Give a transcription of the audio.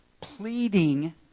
pleading